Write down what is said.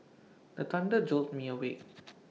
the thunder jolt me awake